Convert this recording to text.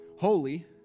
holy